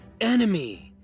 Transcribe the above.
enemy